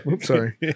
sorry